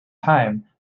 time